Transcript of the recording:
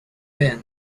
band